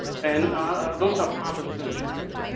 and ah those are protestant churches.